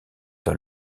dans